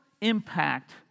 impact